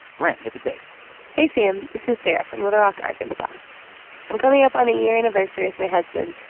brent, hit the tape hey, sam. this is sarah from little rock, ark. and so i'm coming up on a year anniversary with my husband.